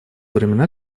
времена